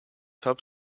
top